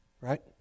right